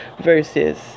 Versus